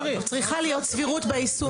צריכה להיות סבירות ביישום.